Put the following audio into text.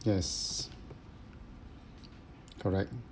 yes correct